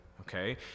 okay